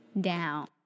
down